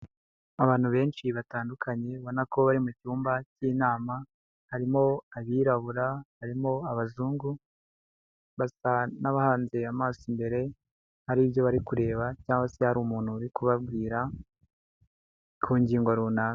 Abantu benshi batandukanye ubona ko bari mu cyumba cy'inama, harimo abirabura, harimo abazungu, basa n'abahanze amaso imbere hari ibyo bari kureba cyangwa se hari umuntu uri kubabwira ku ngingo runaka.